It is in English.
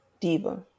Diva